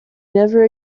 never